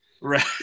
right